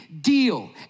deal